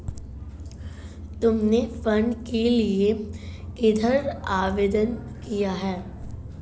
तुमने फंड के लिए किधर आवेदन किया था?